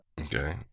Okay